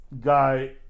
guy